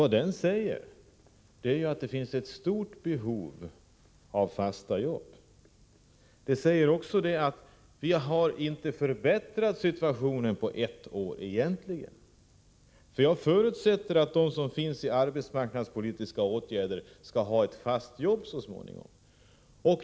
Det finns ett stort behov av fasta arbeten, och vi har egentligen inte förbättrat situationen under det senaste året. Jag förutsätter att de som sysselsätts genom arbetsmarknadspolitiska åtgärder skall ha ett fast arbete så småningom.